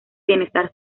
bienestar